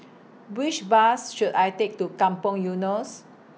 Which Bus should I Take to Kampong Eunos